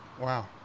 wow